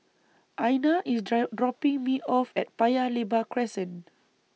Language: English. Einar IS dry dropping Me off At Paya Lebar Crescent